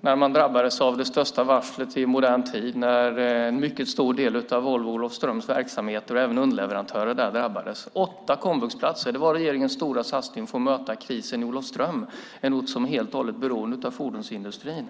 när man drabbades av det största varslet i modern tid och en stor del av Volvo Olofströms verksamhet och underleverantörer drabbades. Man fick åtta komvuxplatser. Det var regeringens stora satsning för att möta krisen i Olofström, en ort som är helt beroende av fordonsindustrin.